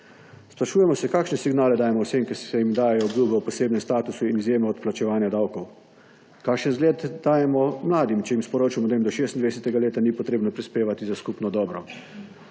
Sprašujemo se, kakšne signale dajemo vsem, ki se jim dajejo obljube o posebnem statusu in izjeme od plačevanja davkov. Kakšen zgled dajemo mladim, če jim sporočamo, da jim do 26. leta ni treba prispevati za skupno dobro?